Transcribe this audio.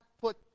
put